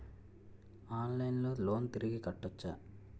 ఆన్లైన్లో లోన్ తిరిగి కట్టోచ్చా?